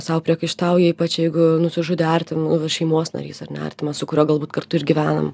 sau priekaištauja ypač jeigu nusižudė artimo šeimos narys ar ne artimas su kuriuo galbūt kartu ir gyvenom